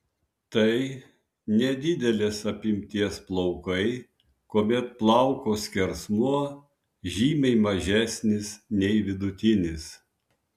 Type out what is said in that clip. tai nedidelės apimties plaukai kuomet plauko skersmuo žymiai mažesnis nei vidutinis